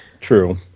true